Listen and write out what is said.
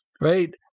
right